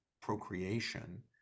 procreation